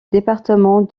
département